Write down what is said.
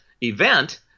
event